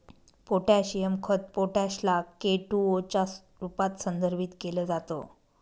potassium खत potash ला K two O च्या रूपात संदर्भित केल जात